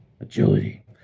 Agility